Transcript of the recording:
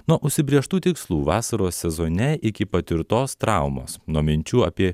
nuo užsibrėžtų tikslų vasaros sezone iki patirtos traumos nuo minčių apie